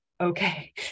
okay